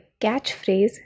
catchphrase